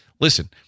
listen